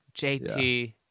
JT